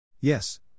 Yes